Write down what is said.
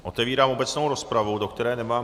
Otevírám obecnou rozpravu, do které nemám...